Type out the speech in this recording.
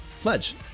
Pledge